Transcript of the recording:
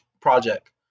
Project